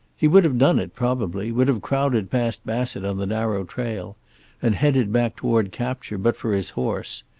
he would have done it, probably, would have crowded past bassett on the narrow trail and headed back toward capture, but for his horse.